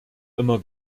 immer